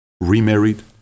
remarried